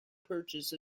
purchase